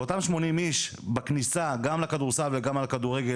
ואותם 80 איש בכניסה גם לכדורסל וגם לכדורגל